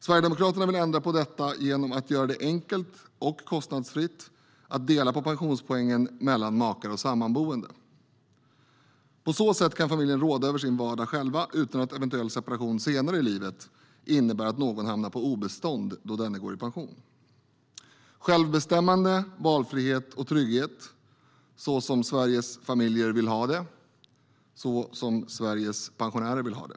Sverigedemokraterna vill ändra på detta genom att göra det enkelt och kostnadsfritt att dela på pensionspoängen mellan makar och sammanboende. På så sätt kan familjen själv råda över sin vardag utan att en eventuell separation senare i livet innebär att någon hamnar på obestånd då denne går i pension. Självbestämmande, valfrihet och trygghet - det är så Sveriges familjer vill ha det, det är så Sveriges pensionärer vill ha det.